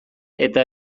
eta